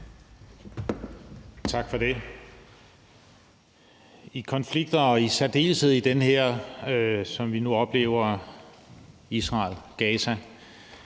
Tak for det. I konflikter og i særdeleshed i den her, som vi nu oplever mellem Israel og Gaza,